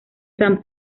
san